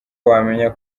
wamenya